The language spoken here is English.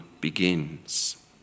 begins